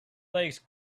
legs